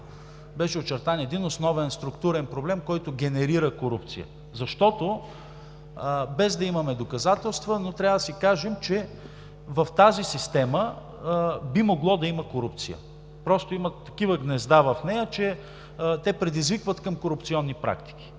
Беше очертан един основен структурен проблем, който генерира корупция, защото, без да имаме доказателства, трябва да си кажем, че в тази система би могло да има корупция. Просто има такива гнезда в нея, че те предизвикват към корупционни практики.